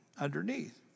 underneath